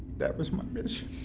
that was my mission.